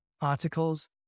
articles